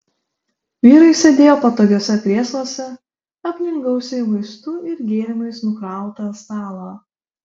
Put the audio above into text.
vyrai sėdėjo patogiuose krėsluose aplink gausiai maistu ir gėrimais nukrautą stalą